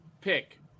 pick